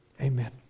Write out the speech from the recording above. Amen